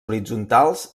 horitzontals